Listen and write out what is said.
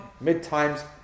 mid-times